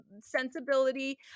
sensibility